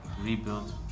Rebuild